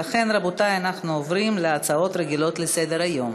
נעבור להצעה לסדר-היום